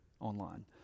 online